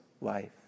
life